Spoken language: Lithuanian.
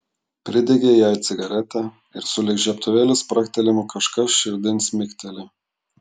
pridegė jai cigaretę ir sulig žiebtuvėlio spragtelėjimu kažkas širdin smigtelėjo